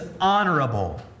honorable